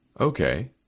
Okay